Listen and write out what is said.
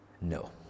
No